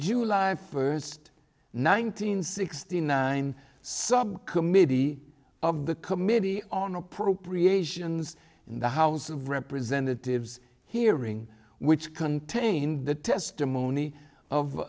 july first nine hundred sixty nine subcommittee of the committee on appropriations in the house of representatives hearing which contained the testimony of